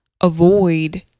avoid